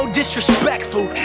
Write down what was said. disrespectful